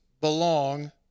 belong